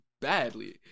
badly